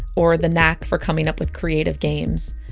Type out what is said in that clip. or the knack for coming up with creative games.